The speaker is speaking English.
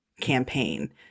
campaign